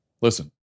Listen